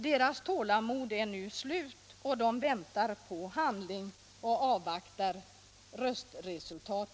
Deras tålamod är slut. Nu väntar de på handling och avvaktar röstresultat.